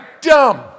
Dumb